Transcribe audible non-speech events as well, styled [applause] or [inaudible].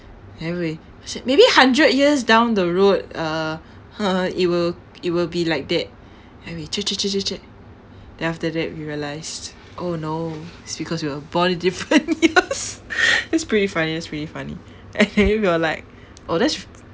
and then we~ maybe hundred years down the road uh uh it will it will be like that and then we chat chat chat chat chat then after that we realised oh no it's because we were born in different years [laughs] that's pretty funny that's pretty funny and then we were like oh that's